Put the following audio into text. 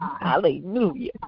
Hallelujah